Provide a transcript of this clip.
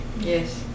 Yes